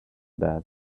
that